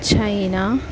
China